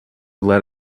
let